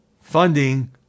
funding